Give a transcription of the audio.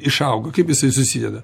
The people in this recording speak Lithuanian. išauga kaip jisai susideda